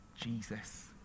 Jesus